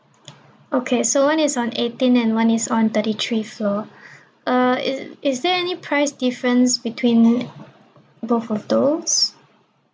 okay so one is on eighteen and one is on thirty three floor uh is is there any price difference between both of those